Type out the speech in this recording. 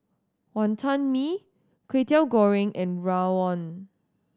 Wantan Mee Kwetiau Goreng and rawon